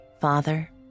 Father